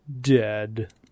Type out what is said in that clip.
dead